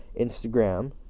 Instagram